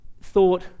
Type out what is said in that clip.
thought